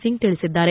ಸಿಂಗ್ ತಿಳಿಸಿದ್ದಾರೆ